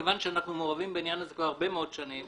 מכיוון שאנחנו מאוהבים בעניין הזה כבר הרבה מאוד שנים,